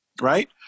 right